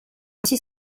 ainsi